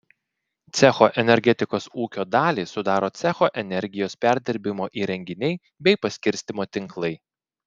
cecho energetikos ūkio dalį sudaro cecho energijos perdirbimo įrenginiai bei paskirstymo tinklai